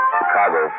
Chicago